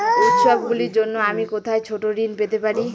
উত্সবগুলির জন্য আমি কোথায় ছোট ঋণ পেতে পারি?